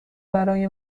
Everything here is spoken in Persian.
برای